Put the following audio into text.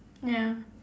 ya